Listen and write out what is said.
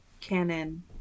canon